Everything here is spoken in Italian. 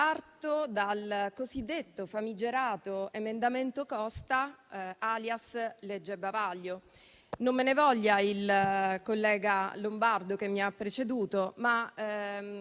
Parto dal famigerato cosiddetto emendamento Costa, *alias* legge bavaglio. Non me ne voglia il collega Lombardo che mi ha preceduto, ma